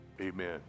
Amen